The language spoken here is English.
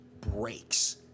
breaks